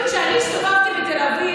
כשאני הסתובבתי בתל אביב,